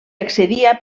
accedia